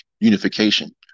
unification